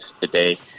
today